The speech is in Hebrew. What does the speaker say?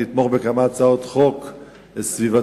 תתמוך בכמה הצעות חוק סביבתיות,